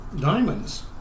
diamonds